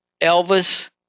Elvis